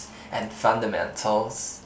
and fundamentals